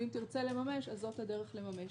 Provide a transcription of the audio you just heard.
ואם תרצה לממש אז זאת הדרך לממש.